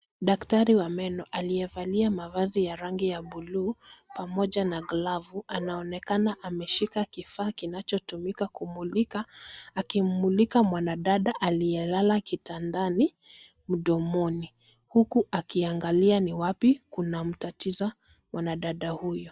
Daktari wa meno aliyevaa mavazi ya rangi ya blue pamoja na glavu anaonekana ameshika kifaa kinachotumika kumulika akimmulika mwanadada aliyelala kitandani mdomoni, huku akiangalia ni wapi kuna mtatizo mwanadada huyo.